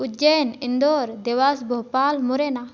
Ujjain Indore Dewas Bhopal Morena